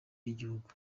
y’igihugu